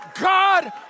God